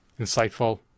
insightful